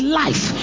life